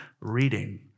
reading